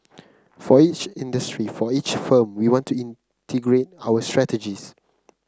for each industry for each firm we want to integrate our strategies